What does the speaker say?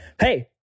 Hey